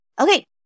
Okay